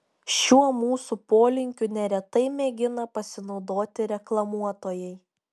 šiuo mūsų polinkiu neretai mėgina pasinaudoti reklamuotojai